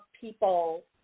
people